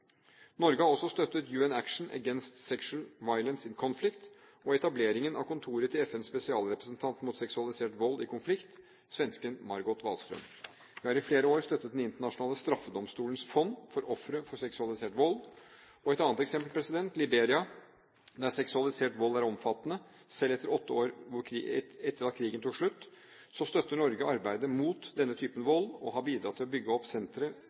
Norge har også støttet UN Action Against Sexual Violence in Conflict og etableringen av kontoret til FNs spesialrepresentant mot seksualisert vold i konflikt, svenske Margot Wallström. Vi har i flere år støttet Den internasjonale straffedomstols fond for ofre for seksualisert vold. Et annet eksempel: I Liberia, der seksualisert vold er omfattende, selv åtte år etter at krigen tok slutt, støtter Norge arbeidet mot denne type vold og har bidratt til å bygge opp sentre